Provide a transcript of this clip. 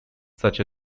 such